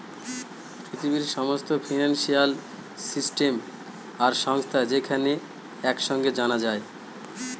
পৃথিবীর সমস্ত financial system আর সংস্থা যেখানে এক সাঙে জানা যায়